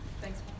Thanks